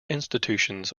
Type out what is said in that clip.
institutions